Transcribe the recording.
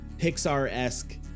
Pixar-esque